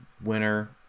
winner